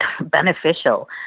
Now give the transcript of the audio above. beneficial